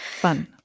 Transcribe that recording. Fun